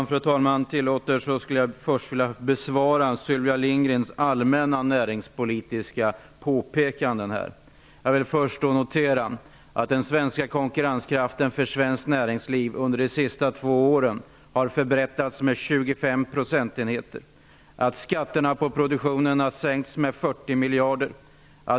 Fru talman! Om det tillåts vill jag först besvara Jag vill först notera att det svenska näringslivets konkurrenskraft har förbättrats med 25 procentenheter under de senaste två åren. Skatterna på produktion har sänkts med 40 miljarder.